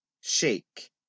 Shake